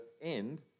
end